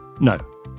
no